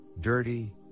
dirty